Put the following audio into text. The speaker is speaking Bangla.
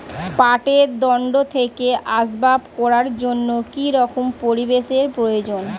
পাটের দণ্ড থেকে আসবাব করার জন্য কি রকম পরিবেশ এর প্রয়োজন?